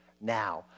Now